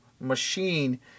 machine